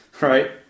right